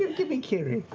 give give me kiri.